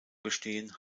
bestehen